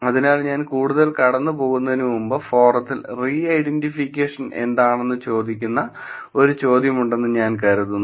അതിനാൽ ഞാൻ കൂടുതൽ കടന്നുപോകുന്നതിനുമുമ്പ് ഫോറത്തിൽ റീ ഐഡന്റിഫിക്കേഷൻ എന്താണെന്ന് ചോദിക്കുന്ന ഒരു ചോദ്യമുണ്ടെന്ന് ഞാൻ കരുതുന്നു